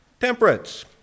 temperance